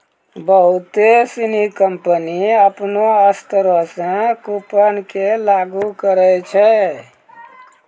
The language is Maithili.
बहुते सिनी कंपनी अपनो स्तरो से कूपन के लागू करै छै